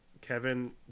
Kevin